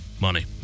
money